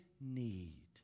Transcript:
need